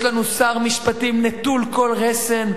יש לנו שר משפטים נטול כל רסן.